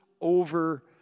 over